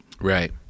Right